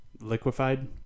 liquefied